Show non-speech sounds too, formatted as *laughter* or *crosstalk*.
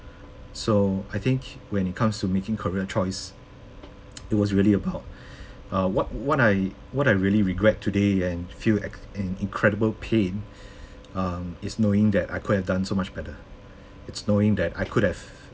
so I think when it comes to making career choice *noise* it was really about uh what what I what I really regret today and feel ex~ an incredible pain um is knowing that I could have done so much better it's knowing that I could have